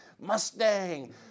Mustang